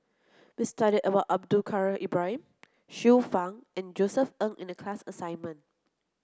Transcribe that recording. we studied about Abdul Kadir Ibrahim Xiu Fang and Josef Ng in the class assignment